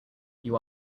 you